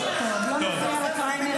אז איך אתה מציע לפנות?